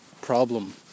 problem